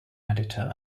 editor